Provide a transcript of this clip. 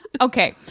Okay